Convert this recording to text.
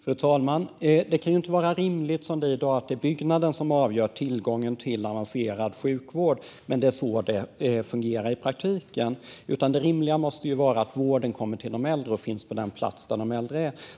Fru talman! Det kan inte vara rimligt att det som i dag är byggnaden som avgör tillgången till avancerad sjukvård. Det är så det fungerar i praktiken. Det rimliga måste vara att vården kommer till de äldre och finns på den plats där de äldre är.